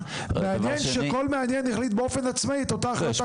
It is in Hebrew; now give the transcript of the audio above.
מעניין שכל מנהל החליט באופן עצמאי את אותה החלטה שהחליט חבר שלו.